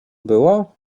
było